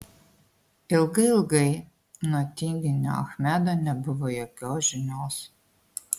ilgai ilgai nuo tinginio achmedo nebuvo jokios žinios